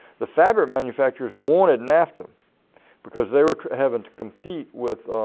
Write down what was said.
the fabric manufactures wanted nafta because they were having to compete with